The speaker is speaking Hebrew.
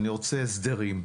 אני רוצה הסדרים.